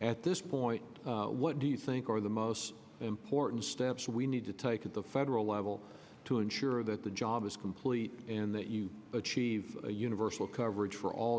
at this point what do you think are the most important steps we need to take at the federal level to ensure that the job is complete and that you achieve universal coverage for all